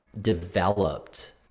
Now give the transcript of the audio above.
developed